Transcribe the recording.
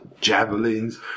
javelins